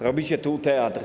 Robicie tu teatr.